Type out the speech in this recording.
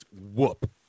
whoop